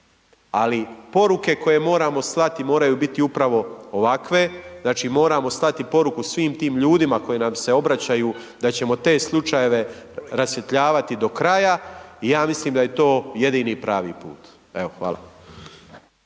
Ali poruke koje moramo slati, moraju biti upravo ovakve, znači moramo slati poruku svim tim ljudima, koji nam se obraćaju, da ćemo te slučajeve rasvjetljavati do kraja i ja mislim da je to jedini pravi put. Hvala.